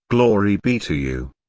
glory be to you!